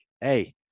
Hey